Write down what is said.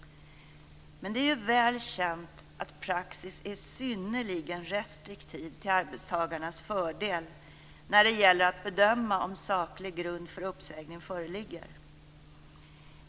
Det är väl känt att praxis är synnerligen restriktiv till arbetstagarnas fördel när det gäller att bedöma om saklig grund för uppsägning föreligger.